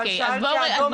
אבל שאלתי אדום-ירוק.